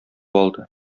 алды